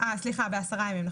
סליחה, בעשרה ימים.